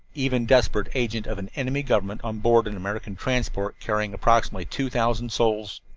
even desperate, agent of an enemy government, on board an american transport carrying approximately two thousand souls.